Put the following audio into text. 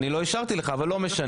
אני לא אישרתי לך אבל לא משנה.